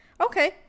okay